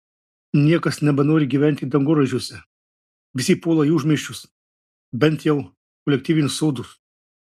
niekas nebenori gyventi dangoraižiuose visi puola į užmiesčius bent jau kolektyvinius sodus